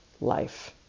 life